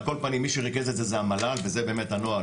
על כל פנים מי שריכז את זה זה המל"ל וזה באמת הנוהל,